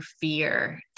fear